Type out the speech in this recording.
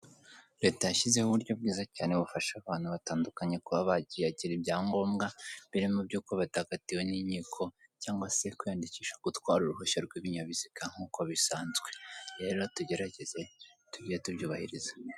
Leta yashyizeho uburyo bwiza cyane bufasha abantu batandukanye kuba bagira ibyangombwa, birimo iby'uko batakatiwe n'inkiko cyangwa se kwiyandikisha ko utwara, uruhushya rw'ibinyabiziga nk'uko bisanzwe, rero tugerageze tujye tubyubahiriza.